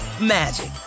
magic